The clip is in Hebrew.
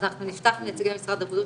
אז אנחנו נפתח עם נציגי משרד הבריאות